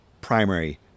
primary